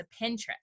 Pinterest